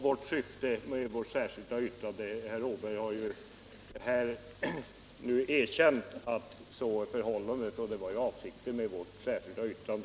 Då nu herr Åberg erkänt att det förhåller sig så, har vi ju nått syftet med vårt särskilda yttrande.